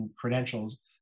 credentials